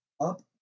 up